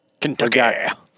Kentucky